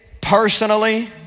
personally